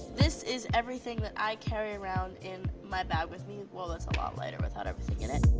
this is everything that i carry around in my bag with me. woah that's a lot lighter without everything in it.